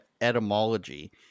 etymology